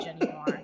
anymore